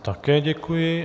Také děkuji.